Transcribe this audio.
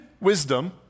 wisdom